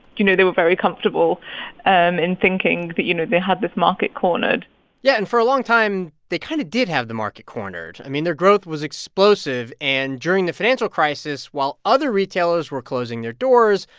you know, they were very comfortable um in thinking that, you know, they had this market cornered yeah, and for a long time, they kind of did have the market cornered. i mean, their growth was explosive. and during the financial crisis, while other retailers were closing their doors,